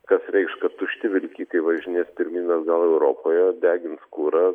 kas reikš kad tušti vilkikai važinės pirmyn atgal europoje degins kurą